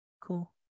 Cool